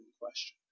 question